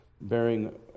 bearing